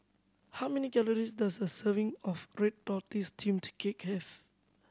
how many calories does a serving of red tortoise steamed cake have